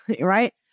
right